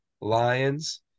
lions